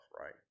right